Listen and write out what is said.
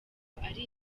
ari